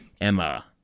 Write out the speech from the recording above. Emma